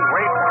Wait